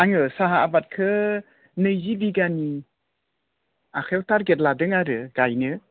आङो साहा आबादखौ नैजि बिगानि आखायाव टार्गेट लादों आरो गायनो